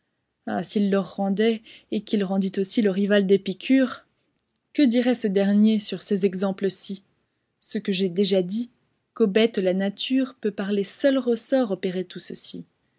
ah s'il le rendait et qu'il rendît aussi le rival d'épicure que dirait ce dernier sur ces exemples-ci ce que j'ai déjà dit qu'aux bêtes la nature peut par les seuls ressorts opérer tout ceci